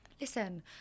Listen